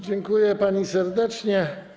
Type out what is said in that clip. Dziękuję pani serdecznie.